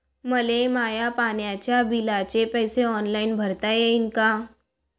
मले माया पाण्याच्या बिलाचे पैसे ऑनलाईन भरता येईन का?